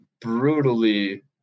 brutally